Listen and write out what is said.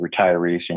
retirees